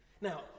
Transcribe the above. Now